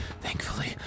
thankfully